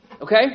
Okay